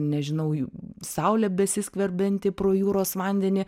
nežinau jų saulė besiskverbianti pro jūros vandenį